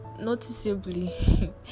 noticeably